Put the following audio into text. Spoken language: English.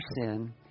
sin